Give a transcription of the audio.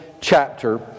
chapter